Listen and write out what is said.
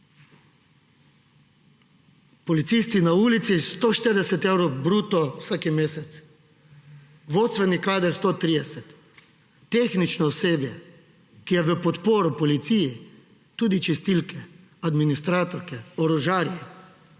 policisti na ulici 140 evrov bruto vsak mesec, vodstveni kader 130, tehnično osebje, ki je v podporo policiji, tudi čistilke, administratorke, orožarji,